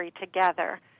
together